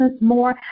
more